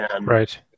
Right